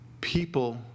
people